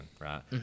right